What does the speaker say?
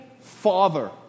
father